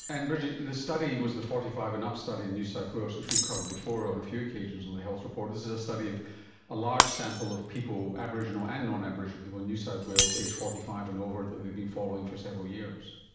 and bridgette, the study was the forty five and up study in new south wales, which we've covered before on a few occasions on the health report, this is a study of a large sample of people, aboriginal and non-aboriginal people in new south wales age forty five and over that they've been following for several years.